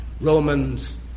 Romans